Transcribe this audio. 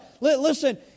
Listen